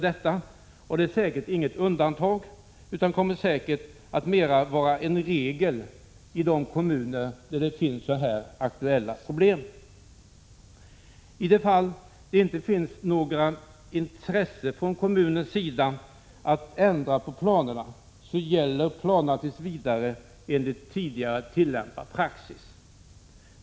Det är säkert inget undantag, utan det kommer säkert att mera bli en regel i de kommuner där det finns sådana här aktuella problem. I det fall det inte finns något intresse från kommunens sida att ändra planerna gäller planerna tills vidare enligt tidigare tillämpad praxis.